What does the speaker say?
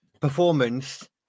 performance